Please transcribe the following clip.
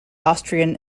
austrian